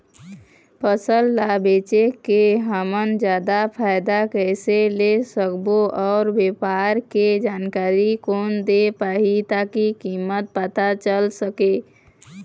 फसल ला बेचे के हम जादा फायदा कैसे ले सकबो अउ व्यापार के जानकारी कोन दे पाही ताकि कीमत पता चल सके?